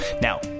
Now